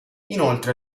inoltre